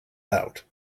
out